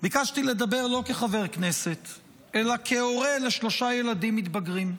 ביקשתי לדבר לא כחבר כנסת אלא כהורה לשלושה ילדים מתבגרים.